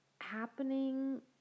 happening